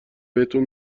بهتون